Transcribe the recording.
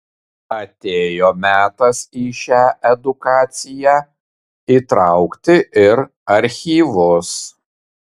atėjo metas į šią edukaciją įtraukti ir archyvus